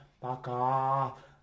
baka